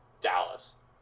Dallas